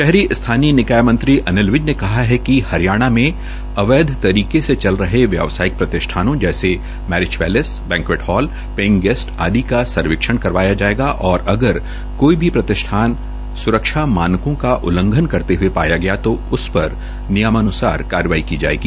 शहरी स्थानीय निकाय मंत्री अनिल विज ने कहा है कि हरियाणा में अवैध तरीके से चल रहे व्यावसायिक प्रतिष्ठानों जैसे marriage palace banquet hall paying guest आदि का सर्वेक्षण करवाया जायेगा और अगर कोई भी प्रतिष्ठान स्रक्षा मानकों का उल्लंघन करते हये पाया गया तो उस पर नियमान्सार कार्यवाही की जायेगी